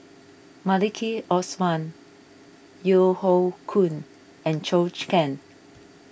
Maliki Osman Yeo Hoe Koon and Zhou chicken